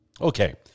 Okay